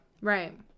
Right